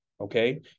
okay